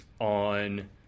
on